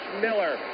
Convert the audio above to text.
Miller